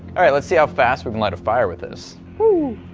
alright let's see how fast we can light a fire with this.